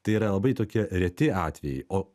tai yra labai tokie reti atvejai o